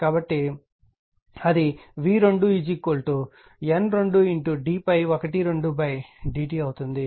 కాబట్టి అది v2 N 2d∅12 dt అవుతుంది